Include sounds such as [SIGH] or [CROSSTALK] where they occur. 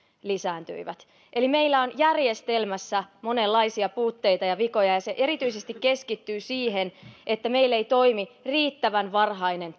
lisääntyivät meillä on järjestelmässä monenlaisia puutteita ja vikoja ja se erityisesti keskittyy siihen että meillä ei toimi riittävän varhainen [UNINTELLIGIBLE]